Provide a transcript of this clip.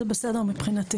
זה בסדר מבחינתי.